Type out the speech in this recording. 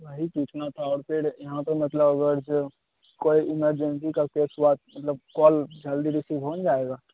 वही पूछना था और फिर यहाँ पर मतलब कोई इमरजेंसी का केस हुआ मतलब कॉल जल्दी रिसीव हो न जाएगा